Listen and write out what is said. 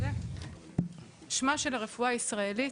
שמה של הרפואה הישראלית